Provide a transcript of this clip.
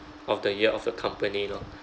of the year of the company lor